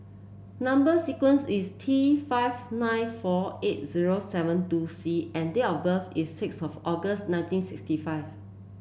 number sequence is T five nine four eight zero seven two C and date of birth is six of August nineteen sixty five